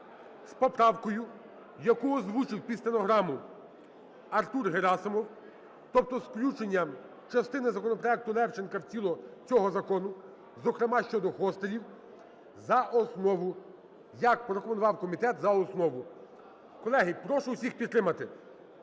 з поправкою, яку озвучив під стенограму Артур Герасимов. Тобто з включенням частини законопроекту Левченка в тіло цього закону, зокрема, щодо костелів, за основу, як порекомендував комітет, за основу. Колеги, прошу всіх підтримати,